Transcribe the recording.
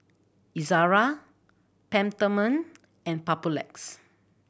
Ezerra Peptamen and Papulex